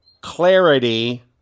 clarity